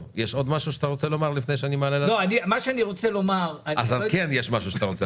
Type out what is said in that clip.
יש דברים שאני רוצה להצביע